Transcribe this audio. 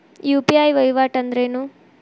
UPI ವಹಿವಾಟ್ ಅಂದ್ರೇನು?